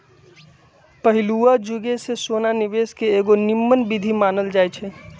पहिलुआ जुगे से सोना निवेश के एगो निम्मन विधीं मानल जाइ छइ